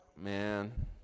Man